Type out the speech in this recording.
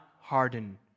harden